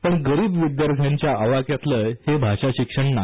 पण गरिब विद्यार्थ्यांच्या आवाक्यातलं हे भाषा शिक्षण नाही